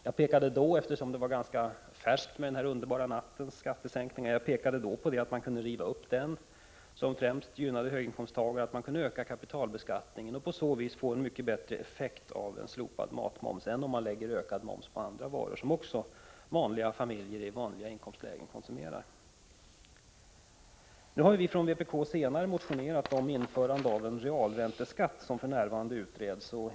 Eftersom den underbara nattens skattesänkningar då var ganska aktuella, pekade jag i det sammanhanget på att man kunde riva upp den uppgörelsen, som främst gynnade höginkomsttagare, och att man kunde öka kapitalbeskattningen för att på så vis få en mycket bättre effekt av en slopad matmoms än man får genom att öka momsen på sådana varor som även familjer i vanliga inkomstlägen konsumerar. Vi från vpk har härefter motionerat om införande av en realränteskatt, vilket utreds för närvarande.